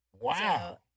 Wow